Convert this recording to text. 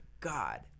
God